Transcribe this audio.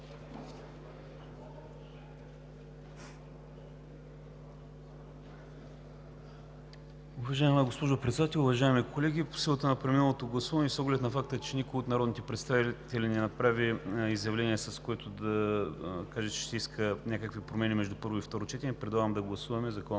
Уважаема госпожо Председател, уважаеми колеги! По силата на проведеното гласуване и с оглед на факта, че никой от народните представители не направи изявление, с което да каже, че ще иска някакви промени между първо и второ четене, предлагам да гласуваме